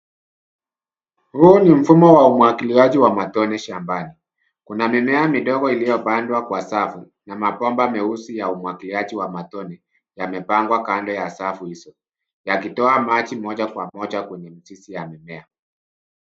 Huu ni mfumo wa umwagiliaji wa matone shambani. Kuna mimea midogo iliyopandwa kwa safu na mabomba meusi ya umwagiliaji wa matone yamepangwa kando ya safu hizo yakitoa maji moja kwa moja kwenye mizizi ya mimea.